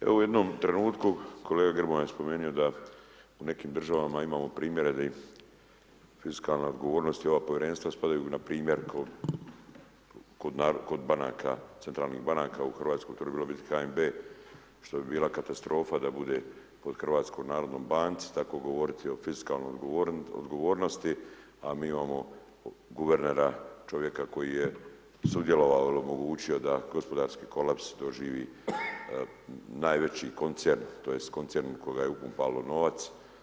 Evo u jednom trenutku, kolega Gmroja je spomenuo da u nekim državama imamo primjere da im fiskalna odgovornost i ova povjerenstva spadaju na primjer kod banaka, centralnih banaka u Hrvatskoj bi trebalo biti HNB, što bi bila katastrofa da bude pod HNB tako govoriti o fiskalnoj odgovornosti, a mi imamo guvernera, čovjeka koji je sudjelovao ili omogućio da gospodarski kolaps, doživi najveći koncern, tj. koncern u koga je upalo novac.